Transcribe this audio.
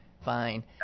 Fine